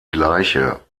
gleiche